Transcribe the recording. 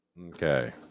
Okay